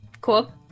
Cool